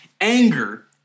Anger